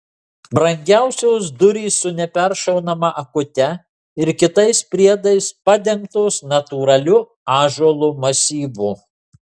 brangiausios durys su neperšaunama akute ir kitais priedais padengtos natūraliu ąžuolo masyvu